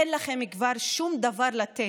אין לכם כבר שום דבר לתת.